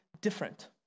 different